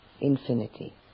infinity